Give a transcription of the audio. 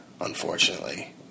unfortunately